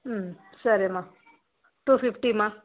సరేమా two fifty మా